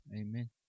Amen